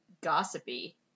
gossipy